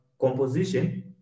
composition